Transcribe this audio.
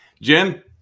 Jim